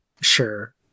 Sure